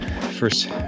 First